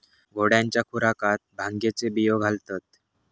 घोड्यांच्या खुराकात भांगेचे बियो घालतत